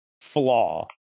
flaw